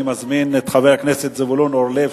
אני מזמין את חבר הכנסת זבולון אורלב,